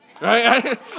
Right